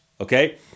okay